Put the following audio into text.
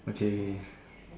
okay